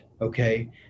Okay